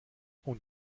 und